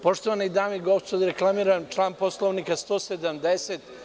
Poštovane dame i gospodo reklamiram član Poslovnika 170.